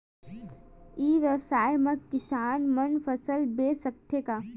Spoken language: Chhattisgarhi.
ई व्यवसाय म किसान मन फसल बेच सकथे का?